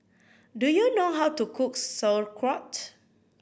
do you know how to cook Sauerkraut